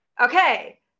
okay